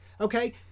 Okay